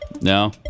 No